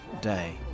day